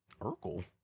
Urkel